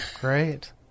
Great